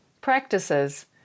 practices